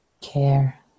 Care